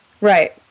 Right